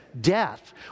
death